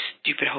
stupid